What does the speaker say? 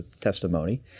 testimony